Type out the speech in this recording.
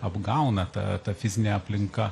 apgauna ta ta fizinė aplinka